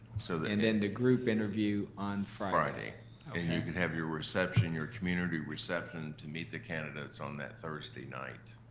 so and then the group interview on friday, and you can have your reception, your community reception to meet the candidates on that thursday night.